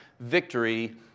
victory